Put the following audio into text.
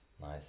nice